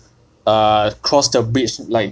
err cross the bridge like